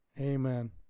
Amen